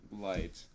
Light